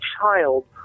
child